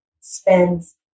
spends